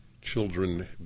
children